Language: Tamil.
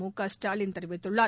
முகஸ்டாலின் தெரிவித்துள்ளார்